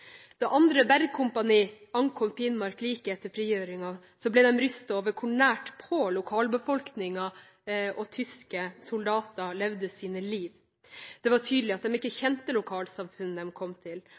bergkompani ankom Finnmark like etter frigjøringen, ble de rystet over hvor nært på lokalbefolkningen tyske soldater levde sine liv. Det var tydelig at de ikke kjente lokalsamfunnet de kom til.